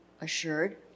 assured